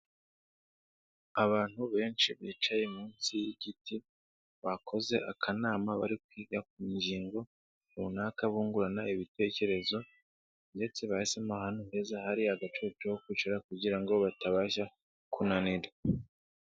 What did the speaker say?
Abantu benshi bicaye munsi y'igiti, bakoze akanama bari kwiga ku ngingo runaka bungurana ibitekerezo ndetse bahisemo ahantu heza hari agacucu ho kwicara kugira ngo batabasha kunanirwa.